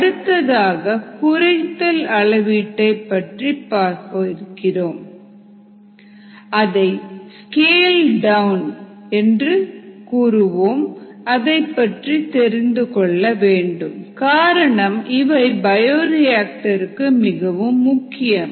அடுத்ததாக குறைத்தல் அளவீட்டை அதாவது ஸ்கேல் டவுன் பற்றியும் தெரிந்துகொள்ள வேண்டும் காரணம் இவை பயோரியாக்டர்ருக்கு மிகவும் முக்கியம்